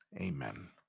amen